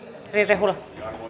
arvoisa